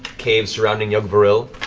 cave surrounding yug'voril.